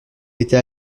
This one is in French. était